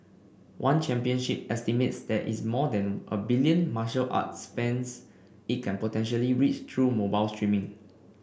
one championship estimates there is more than a billion martial arts fans it can potentially reach through mobile streaming